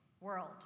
world